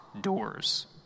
doors